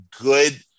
good